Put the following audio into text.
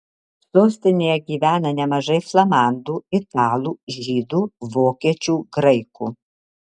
sostinėje gyvena nemažai flamandų italų žydų vokiečių graikų